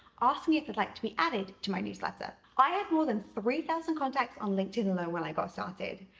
asking if they'd like to be added to my newsletter. i had more than three thousand contacts on linkedin alone when i got started.